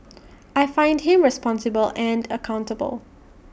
I find him responsible and accountable